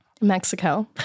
Mexico